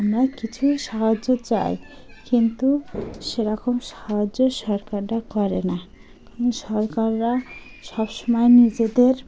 আমরা কিছু সাহায্য চাই কিন্তু সেরকম সাহায্য সরকাররা করে না কারণ সরকাররা সব সময় নিজেদের